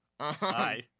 Hi